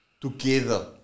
together